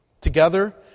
Together